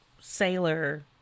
sailor